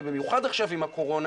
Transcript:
ובמיוחד עכשיו עם הקורונה.